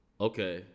Okay